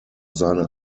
seine